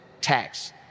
tax